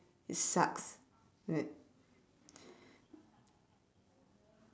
it sucks wait